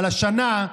אבל השנה,